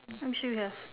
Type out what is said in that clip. I'm sure you have